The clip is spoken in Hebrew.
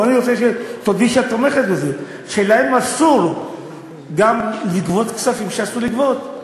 בואי תודי שאת תומכת בזה שגם להם אסור לגבות כספים שאסור לגבות.